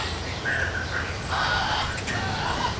these men have been working hard on them for ten years.